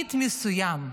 "תאגיד מסוים".